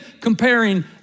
comparing